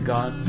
God